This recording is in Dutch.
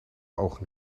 ogen